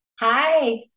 Hi